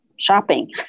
Shopping